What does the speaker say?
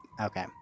Okay